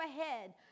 ahead